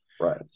Right